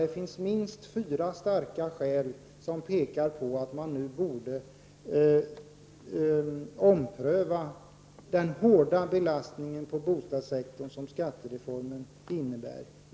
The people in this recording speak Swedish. Det finns minst fyra starka skäl som nu pekar på att man borde ompröva den hårda belastning på bostadssektorn som skattereformen innebär.